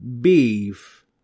beef